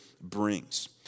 brings